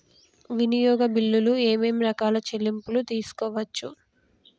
వినియోగ బిల్లులు ఏమేం రకాల చెల్లింపులు తీసుకోవచ్చు?